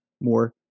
more